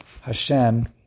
Hashem